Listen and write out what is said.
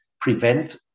prevent